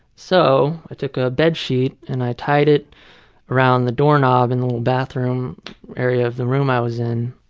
so i took a bed sheet and i tied it around the doorknob in the bathroom area of the room i was in,